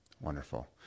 Wonderful